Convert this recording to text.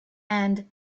and